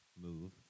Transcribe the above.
move